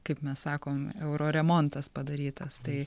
kaip mes sakom euro remontas padarytas tai